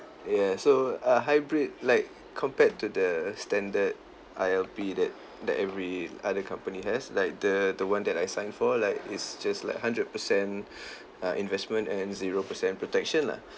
ya so a hybrid like compared to the standard I_L_P that that every other company has like the the one that I signed for like is just like hundred percent uh investment and zero percent protection lah